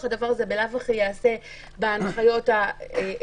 הדבר הזה בלאו הכי ייעשה בהנחיות הכלליות